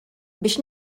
biex